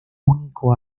único